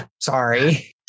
Sorry